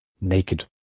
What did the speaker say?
Naked